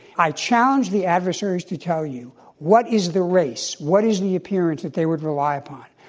i challenge the adversaries to tell you what is the race, what is the appearance that they would rely upon?